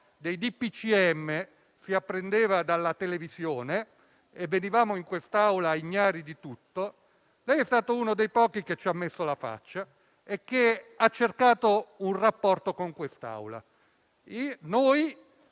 dei DPCM si apprendeva dalla televisione e venivamo in quest'Aula ignari di tutto, lei è stato uno dei pochi che ci ha messo la faccia e che ha cercato un rapporto con l'Assemblea.